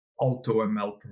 AutoML